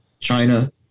China